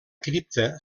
cripta